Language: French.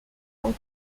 ans